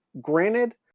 granted